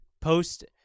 post